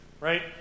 right